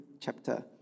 chapter